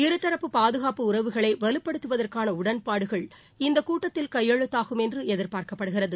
இருதரப்பு பாதுகாப்பு உறவுகளை வலுப்படுத்துவதற்கான உடன்பாடுகள் இந்த கூட்டத்தில் கையெழுத்தாகும் என்று எதிர்பார்க்கப்படுகிறது